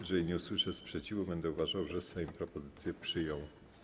Jeżeli nie usłyszę sprzeciwu, będę uważał, że Sejm propozycje przyjął.